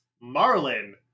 Marlin